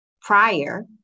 prior